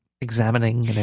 examining